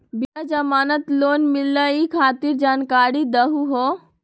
बिना जमानत लोन मिलई खातिर जानकारी दहु हो?